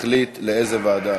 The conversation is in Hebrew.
תחליט לאיזו ועדה.